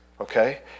okay